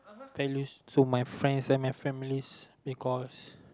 tell news to my friends and my families because